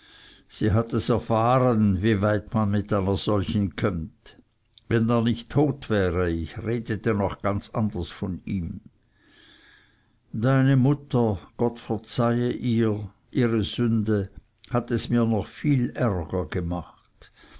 sie hat es erfahren wie weit man mit einer solchen kömmt wenn er nicht tot wäre ich redete noch ganz anders von ihm deine mutter gott verzeihe ihr ihre sünde hat es mir noch viel ärger gemacht